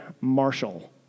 Marshall